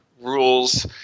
rules